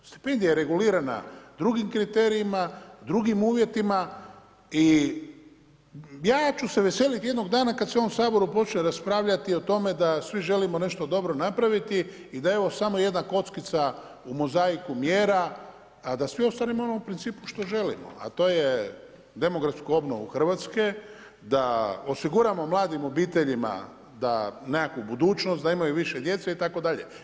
Stipendija je regulirana drugim kriterijima, drugim uvjetima i ja ću se veselit jednog dana kad se u ovom Saboru počne raspravljati o tome da svi želimo nešto dobro napraviti i da je ovo samo jedna kockica u mozaiku mjera, a da svi ostvarimo ono u principu što želimo, a to je demografsku obnovu Hrvatske, da osiguramo mladim obiteljima da nekakvu budućnost, da imaju više djece itd.